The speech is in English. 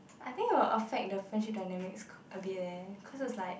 I think it will affect the friendship dynamics ca~ a bit eh cause it's like